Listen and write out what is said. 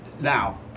now